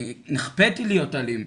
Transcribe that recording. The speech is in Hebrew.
אני נכפתי להיות אלים.